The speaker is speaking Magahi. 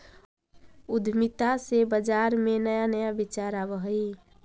उद्यमिता से बाजार में नया नया विचार आवऽ हइ